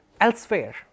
elsewhere